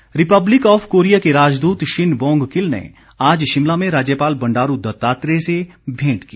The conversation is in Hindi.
भेंट रिपब्लिक ऑफ कोरिया के राजदूत शिन बोंग किल ने आज शिमला में राज्यपाल बंडारू दत्तात्रेय से भेंट की